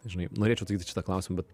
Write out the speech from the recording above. žinai norėčiau atsakyt į šitą klausimą bet